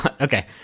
okay